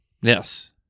Yes